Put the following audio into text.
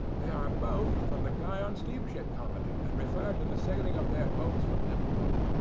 they are both from the guion steamship company, and refer to the sailing of their boats from liverpool.